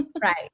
Right